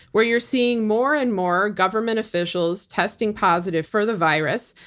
where you're seeing more and more government officials testing positive for the virus,